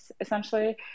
essentially